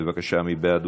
בבקשה, מי בעד?